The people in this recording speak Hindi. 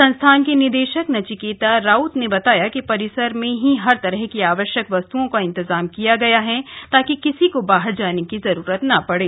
संस्थान के निदेशक नचिकेता राउत ने बताया कि परिसर में ही हर तरह की आवश्यक वस्तुओं का इंतजाम किया गया है ताकि किसी को बाहर जाने की जरूरत न पड़े